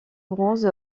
bronze